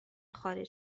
خارج